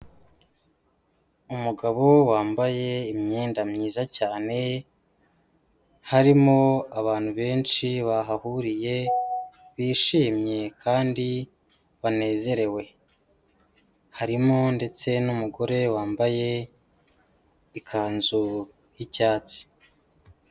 Umugabo wambaye imyenda myiza cyane, harimo abantu benshi bahahuriye, bishimye kandi banezerewe. Harimo ndetse n'umugore wambaye ikanzu y'icyatsi.